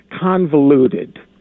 convoluted